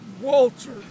Walter